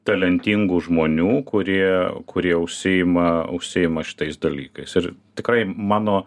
talentingų žmonių kurie kurie užsiima užsiima šitais dalykais ir tikrai mano